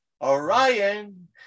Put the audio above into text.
Orion